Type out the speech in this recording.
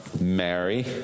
Mary